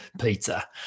pizza